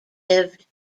lived